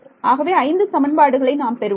ஆகவே ஐந்து சமன்பாடுகளை நாம் பெறுவோம்